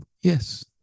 Yes